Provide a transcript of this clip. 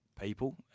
people